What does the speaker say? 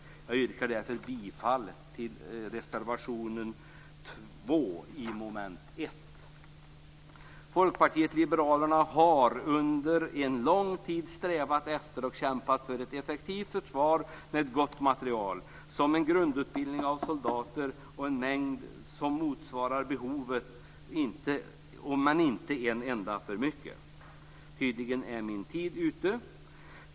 Jag yrkar därför bifall till reservation 2 under moment 1. Folkpartiet liberalerna har under lång tid strävat efter och kämpat för ett effektivt försvar med gott materiel samt en grundutbildning av soldater i en mängd som motsvarar behovet, men inte en enda för mycket. Tydligen är min taletid ute.